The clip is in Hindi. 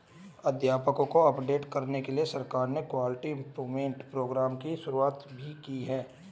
अध्यापकों को अपडेट करने के लिए सरकार ने क्वालिटी इम्प्रूव्मन्ट प्रोग्राम की शुरुआत भी की है